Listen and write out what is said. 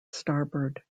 starboard